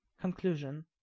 Conclusion